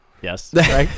Yes